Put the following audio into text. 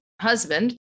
husband